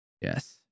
Yes